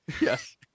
Yes